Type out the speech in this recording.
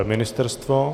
Ministerstvo?